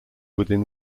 within